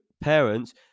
parents